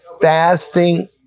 fasting